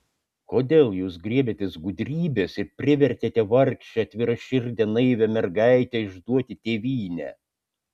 kodėl jūs griebėtės gudrybės ir privertėte vargšę atviraširdę naivią mergaitę išduoti tėvynę